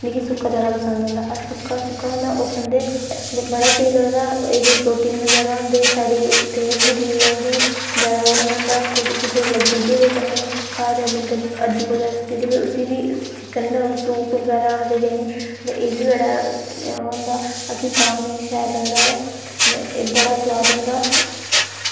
मिकी सुक्का ज्यादा पसंद औंदा अस सुक्का सुक्का होंदा ओह् खंदे ते बड़ा स्हेई लगदा एह्दे प्रोटीन बगैरा होंदे साढ़ी सेहत बी ठीक रौह्नदी ज्यादा ओह् निं होंदा कुदै कुसै लग्गी दी होऐ कन्नै घर मतलब हड्डी बगैरा टुट्टी दी होऐ उसी बी चिकन दा सूप बगैरा आखदे देने ते एह् बी बड़ा ओह् होंदा असें तां मीट शैल लगदा ऐ ते एह् बड़ा स्वाद होंदा